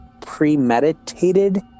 premeditated